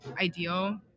ideal